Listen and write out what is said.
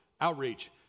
outreach